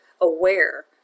aware